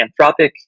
Anthropic